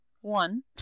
One